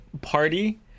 party